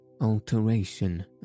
Alteration